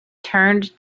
turned